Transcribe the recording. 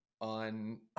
on